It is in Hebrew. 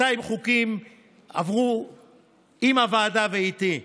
200 חוקים עברו עם הוועדה ואיתי.